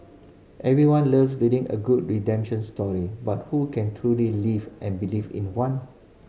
everyone love reading a good redemption story but who can truly live and believe in one